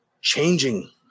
changing